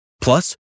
Plus